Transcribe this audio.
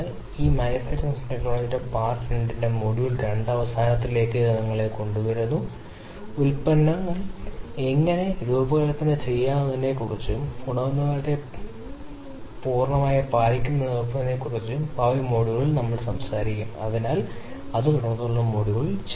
അതിനാൽ ഈ പ്രഭാഷണം ഇവിടെ അവസാനിപ്പിക്കും സമയത്തിന്റെ താൽപ്പര്യം പക്ഷേ അടുത്ത പ്രഭാഷണത്തിൽ നമുക്ക് ചെയ്യാൻ കഴിയുമെങ്കിൽ നമ്മൾ ശ്രമിച്ച് കാണും ഈ എക്യുഎല്ലിനൊപ്പം എന്തെങ്കിലും അതുവഴി ഏത് തരത്തിലുള്ളതാണെന്ന് സന്ദർഭോചിതമായി മാറുന്നു നമ്മൾ ചർച്ച ചെയ്യുന്ന പാരാമീറ്റർ